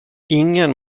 ingen